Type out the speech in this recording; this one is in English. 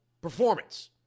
performance